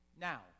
now